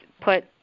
put